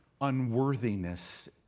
unworthiness